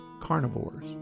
carnivores